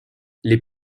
les